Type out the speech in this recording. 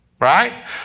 right